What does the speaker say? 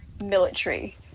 military